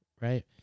right